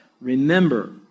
remember